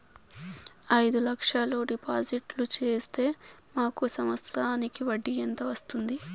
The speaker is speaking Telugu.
అయిదు లక్షలు డిపాజిట్లు సేస్తే మాకు సంవత్సరానికి వడ్డీ ఎంత వస్తుంది?